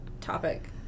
topic